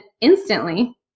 instantly